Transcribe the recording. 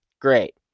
great